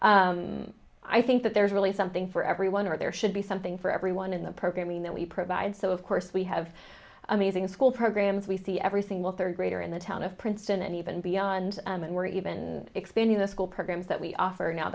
but i think that there's really something for everyone or there should be something for everyone in the programming that we provide so of course we have amazing school programs we see every single third grader in the town of princeton and even beyond and we're even expanding the school programs that we offer now